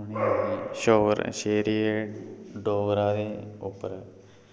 उ'नें गी शोर शेरे डोगरा दे उप्पर